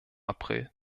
april